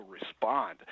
respond